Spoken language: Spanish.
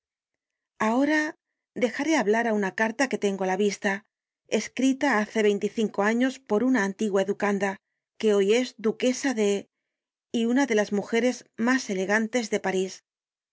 ahora dejaré hablar á una carta que tengo á la vista escrita hace veinticinco años por una antigua educanda que hoy es duquesa de y una de las mujeres mas elegantes de parís